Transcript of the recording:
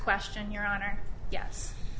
question your honor yes